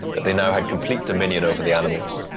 that they now had complete dominion over the animals,